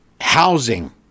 housing